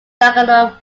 diagonal